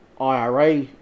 IRA